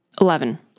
Eleven